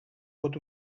pot